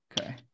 Okay